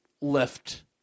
left